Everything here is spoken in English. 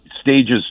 stages